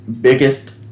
biggest